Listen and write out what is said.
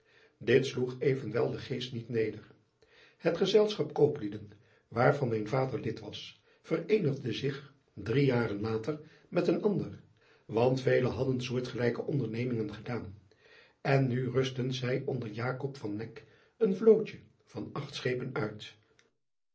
sloeg evenwel den geest niet neder et gezelschap kooplieden waarvan mijn vader lid was vereenigde zich drie jaren later met een ander want vele hadden soortgelijke ondernemingen gedaan en nu rustten zij onder een vlootje van acht schepen uit